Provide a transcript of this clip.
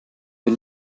wir